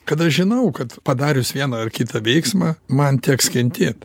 kada žinau kad padarius vieną ar kitą veiksmą man teks kentėt